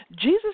Jesus